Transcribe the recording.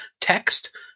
text